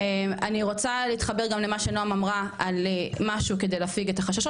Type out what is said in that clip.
אני רוצה להתחבר גם למה שנעם אמרה על משהו כדי להפיג את החששות,